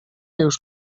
już